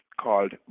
called